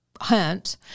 hunt